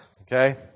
Okay